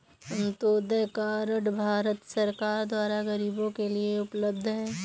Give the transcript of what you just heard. Antyodaya card Bharat सरकार द्वारा गरीबो के लिए उपलब्ध है